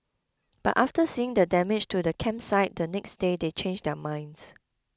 but after seeing the damage to the campsite the next day they changed their minds